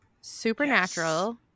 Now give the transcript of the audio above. Supernatural